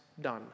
done